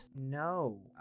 No